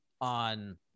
on